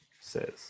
says